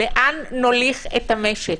לאן נוליך את המשק?